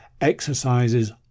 exercises